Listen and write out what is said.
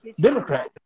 Democrat